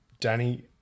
Danny